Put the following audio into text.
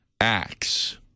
Acts